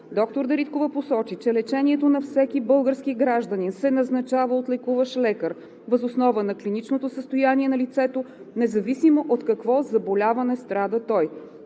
Доктор Дариткова посочи, че лечението на всеки български гражданин се назначава от лекуващ лекар въз основа на клиничното състояние на лицето, независимо от какво заболяване страда той.